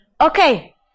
Okay